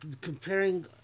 comparing